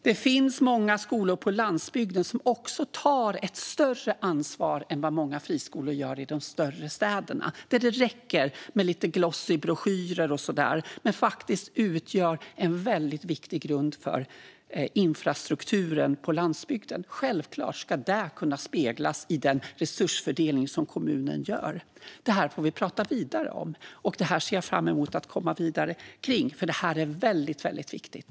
Det finns många skolor på landsbygden som också tar ett större ansvar än vad många friskolor gör i de större städerna där det räcker med lite "glossy" broschyrer och så där. Skolorna på landsbygden utgör en viktig grund för infrastrukturen på landsbygden. Självklart ska det kunna speglas i den resursfördelning som kommunen gör. Det här får vi prata vidare om. Jag ser fram emot att komma vidare, för det här är väldigt viktigt.